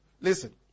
Listen